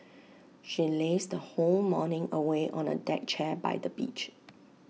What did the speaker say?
she lazed the whole morning away on A deck chair by the beach